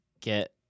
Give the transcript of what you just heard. get